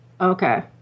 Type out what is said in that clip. okay